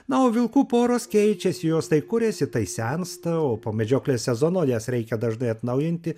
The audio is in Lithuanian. na o vilkų poros keičiasi jos tai kuriasi tai sensta o po medžioklės sezono jas reikia dažnai atnaujinti